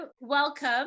welcome